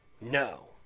No